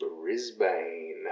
Brisbane